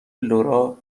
لورا